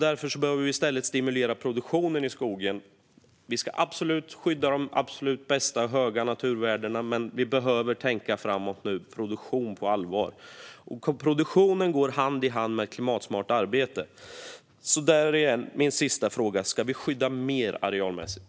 Därför behöver vi i stället stimulera produktionen i skogen. Vi ska absolut skydda de bästa och höga naturvärdena. Men vi behöver nu framåt på allvar tänka på produktionen. Produktionen går hand i hand med klimatsmart arbete. Min sista fråga är: Ska vi skydda mer arealmässigt?